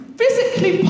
physically